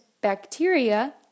bacteria